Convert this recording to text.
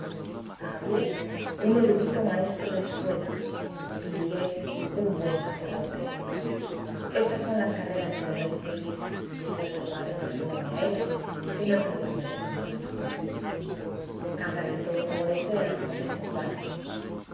javier un erudito maestro de escuela y miguel un buen sacerdote estas son las carreras que debéis seguir si vuestro padre no se opone a ello que no creo me dé ese disgusto hágase todo como deseas contestó juan